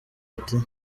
ati